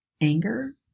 anger